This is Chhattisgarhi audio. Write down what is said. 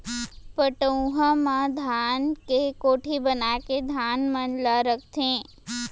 पटउहां म धान के कोठी बनाके धान मन ल रखथें